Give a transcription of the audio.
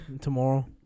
Tomorrow